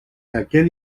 aquel